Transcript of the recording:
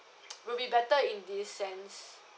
will be better in this sense